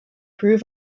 prove